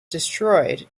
destroyed